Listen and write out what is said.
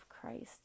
Christ